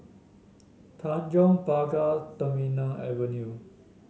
Tanjong Pagar Terminal Avenue